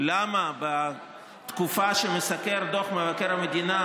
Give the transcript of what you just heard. על למה בתקופה שמסקר דוח מבקר המדינה,